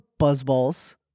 buzzballs